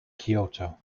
kyoto